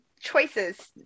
choices